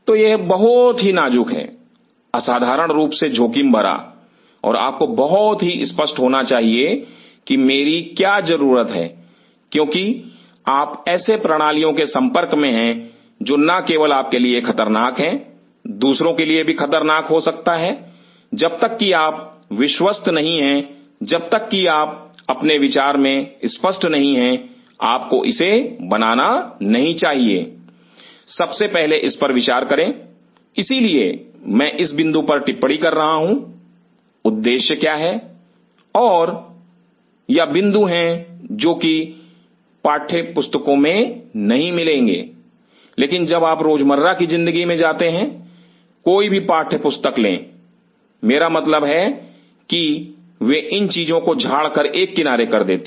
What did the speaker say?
तो यह बहुत ही नाजुक है असाधारण रूप से जोखिम भरा और आपको बहुत ही स्पष्ट होना होगा कि मेरी क्या जरूरत है क्योंकि आप ऐसे प्रणालियों के संपर्क में हैं जो ना केवल आपके लिए खतरनाक है दूसरों के लिए भी खतरनाक हो सकता है जब तक कि आप विश्वस्त नहीं है जब तक कि आप अपने विचार में स्पष्ट नहीं है आपको इसे बनाना नहीं चाहिए सबसे पहले इस पर विचार करें इसीलिए मैं इस बिंदु पर टिप्पणी कर रहा हूं उद्देश्य क्या है और या बिंदु हैं जो कि पाठ्य पुस्तकों में नहीं मिलेंगे लेकिन जब आप रोजमर्रा की जिंदगी में जाते हैं Refer Time2351 कोई भी पाठ्य पुस्तक ले मेरा मतलब है की वे इन चीजों को झाड़ के एक किनारे कर देती हैं